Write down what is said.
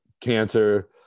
cancer